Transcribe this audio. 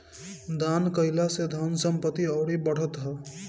दान कईला से धन संपत्ति अउरी बढ़त ह